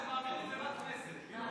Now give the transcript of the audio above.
הכנסת נתקבלה.